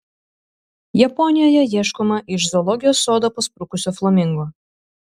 japonijoje ieškoma iš zoologijos sodo pasprukusio flamingo